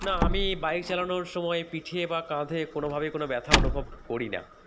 না আমি বাইক চালানোর সময় পিঠে বা কাঁধে কোনোভাবেই কোনো ব্যথা অনুভব করি না